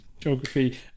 geography